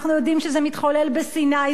אנחנו יודעים שזה מתחולל בסיני.